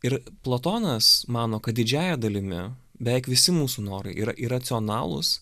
ir platonas mano kad didžiąja dalimi beveik visi mūsų norai yra iracionalūs